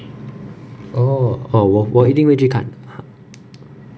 oh oh 我我一定会去看的